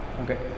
Okay